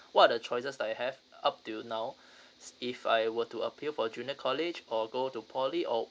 what are the choices that I have up till now if I were to appeal for junior college or go to poly or